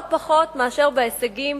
לא פחות מאשר בהישגים